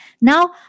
Now